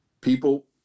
People